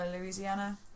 louisiana